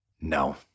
No